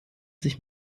sich